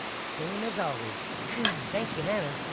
same as always. yeah thanks to hanah,